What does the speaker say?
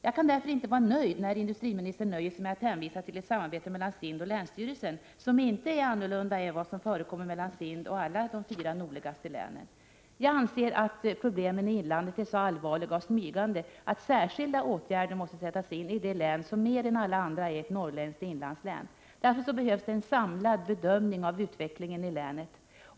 Jag kan därför inte vara nöjd när industriministern inskränker sig till att hänvisa till samarbetet mellan SIND och länsstyrelsen, som inte skiljer sig från det som förekommer mellan SIND och alla de fyra nordligaste länen. Jag anser att problemen i inlandet är så allvarliga och smygande att särskilda åtgärder måste sättas in i det län som mer än alla andra är ett norrländskt inlandslän. Det behövs en samlad bedömning av utvecklingen i länet.